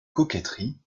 coquetterie